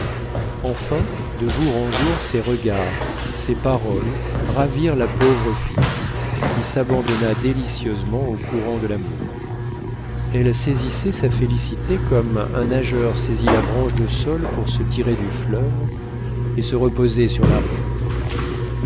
enfin de jour en jour ses regards ses paroles ravirent la pauvre fille qui s'abandonna délicieusement au courant de l'amour elle saisissait sa félicité comme un nageur saisit la branche de saule pour se tirer du fleuve et se reposer sur la rive